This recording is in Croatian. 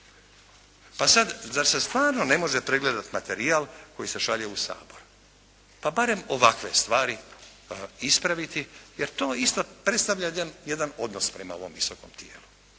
Pa sad zar se stvarno ne može pregledati materijal koji se šalje u Sabor, pa barem ovakve stvari ispraviti, jer to isto predstavlja jedan odnos prema ovom Visokom tijelu.